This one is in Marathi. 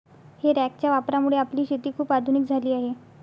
हे रॅकच्या वापरामुळे आपली शेती खूप आधुनिक झाली आहे